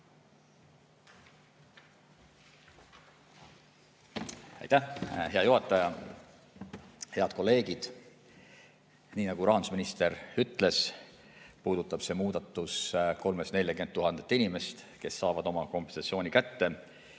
hea juhataja! Head kolleegid! Nii nagu rahandusminister ütles, puudutab see muudatus 340 000 inimest, kes saavad oma kompensatsiooni kätte,